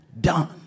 done